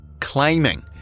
claiming